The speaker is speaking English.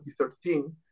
2013